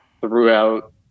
throughout